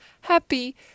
happy